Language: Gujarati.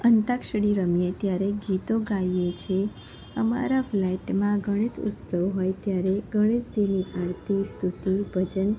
અંતાક્ષરી રમીએ ત્યારે ગીતો ગાઈએ છીએ અમારા ફ્લેટમાં ગણેશ ઉત્સવ હોય ત્યારે ગણેશજીની આરતી સ્તુતિ ભજન